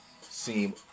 seem